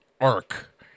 arc